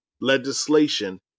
legislation